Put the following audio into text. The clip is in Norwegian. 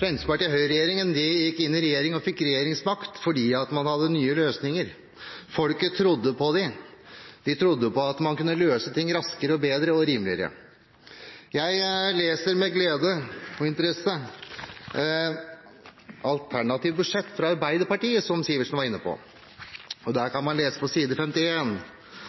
Fremskrittspartiet gikk inn i regjering og fikk regjeringsmakt fordi man hadde nye løsninger. Folk trodde på dem, de trodde på at man kunne løse ting raskere, bedre og rimeligere. Jeg leser med glede og interesse alternativt budsjett fra Arbeiderpartiet, som Sivertsen var inne på, og der kan man lese på side